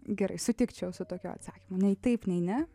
gerai sutikčiau su tokiu atsakymu nei taip nei ne